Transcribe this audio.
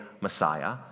Messiah